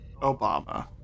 Obama